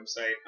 website